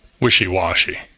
wishy-washy